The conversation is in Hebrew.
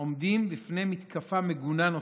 עומדים בפני מתקפה מגונה נוספת.